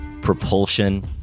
propulsion